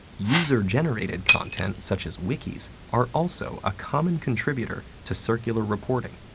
user-generated content, such as wikis, are also a common contributer to circular reporting.